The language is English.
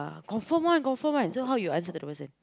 confirm one confirm one so how you answer to the WhatsApp